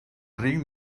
ric